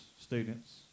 students